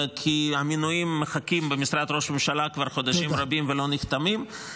כי המינויים מחכים במשרד ראש הממשלה כבר חודשים רבים ולא נחתמים.